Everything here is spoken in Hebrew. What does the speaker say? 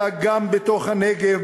אלא גם לתוך הנגב,